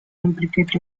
implicated